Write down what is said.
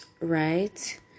right